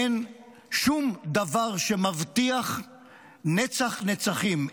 אין שום דבר שמבטיח נצח נצחים,